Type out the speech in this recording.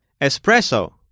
ESPRESSO